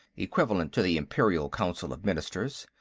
equivalent to the imperial council of ministers.